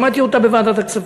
אני שמעתי אותה בוועדת הכספים.